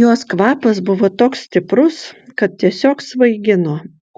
jos kvapas buvo toks stiprus kad tiesiog svaigino